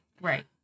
Right